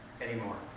anymore